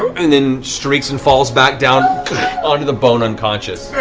um and then streaks and falls back down onto the bone, unconscious.